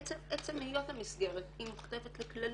עצם היות המסגרת היא מוכתבת לכללים,